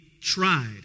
tried